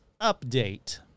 update